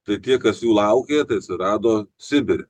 tai tie kas jų laukė tai atsirado sibire